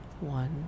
one